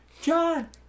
John